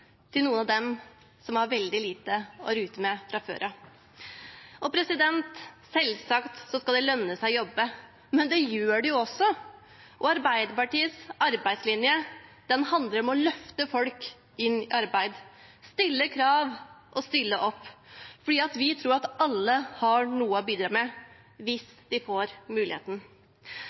til noen av dem som har veldig lite å rutte med fra før av. Selvsagt skal det lønne seg å jobbe – men det gjør det jo også. Arbeiderpartiets arbeidslinje handler om å løfte folk inn i arbeid, stille krav og stille opp fordi vi tror at alle har noe å bidra med, hvis de får muligheten.